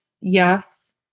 yes